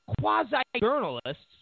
quasi-journalists